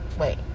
Wait